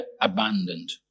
abandoned